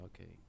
okay